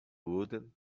wooden